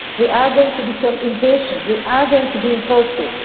we are going to become impatient. we are going to be impulsive.